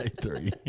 three